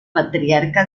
patriarca